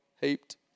heaped